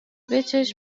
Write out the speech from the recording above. بچش